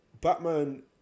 Batman